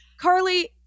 Carly